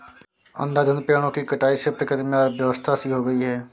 अंधाधुंध पेड़ों की कटाई से प्रकृति में अव्यवस्था सी हो गई है